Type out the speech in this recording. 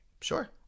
Sure